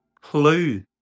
clue